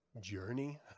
journey